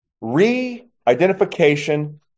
Re-identification